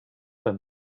than